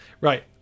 Right